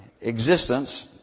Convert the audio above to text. existence